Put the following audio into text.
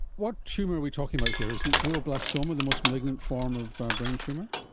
what tumour are we talking about here? is it glioblastoma, the most malignant form of brain tumour?